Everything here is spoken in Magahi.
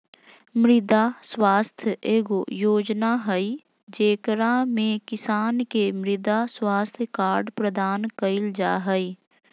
मृदा स्वास्थ्य एगो योजना हइ, जेकरा में किसान के मृदा स्वास्थ्य कार्ड प्रदान कइल जा हइ